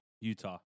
Utah